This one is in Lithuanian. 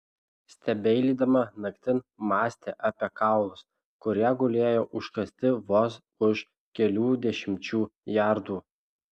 stebeilydama naktin mąstė apie kaulus kurie gulėjo užkasti vos už kelių dešimčių jardų